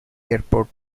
airport